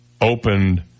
opened